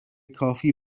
کافی